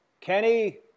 Kenny